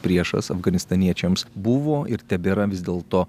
priešas afganistaniečiams buvo ir tebėra vis dėlto